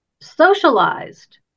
socialized